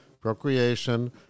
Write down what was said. procreation